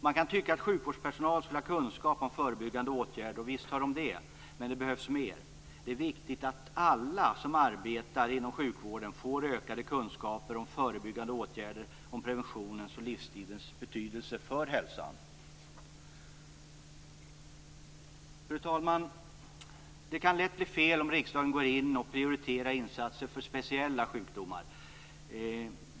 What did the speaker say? Man kan tycka att sjukvårdspersonal skulle ha kunskap om förebyggande åtgärder, och visst har de det, men det behövs mer. Det är viktigt att alla som arbetar inom sjukvården får ökade kunskaper om förebyggande åtgärder, om preventionens och livsstilens betydelse för hälsan. Fru talman! Det kan lätt bli fel om riksdagen går in och prioriterar insatser för speciella sjukdomar.